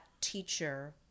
teacher